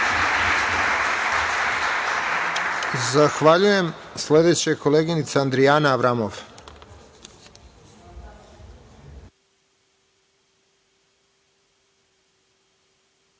Zahvaljujem. Sledeća je koleginica Andrijana Avramov.